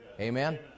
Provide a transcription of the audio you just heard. Amen